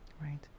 right